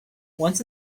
once